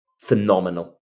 phenomenal